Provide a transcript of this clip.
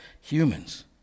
humans